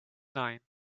nine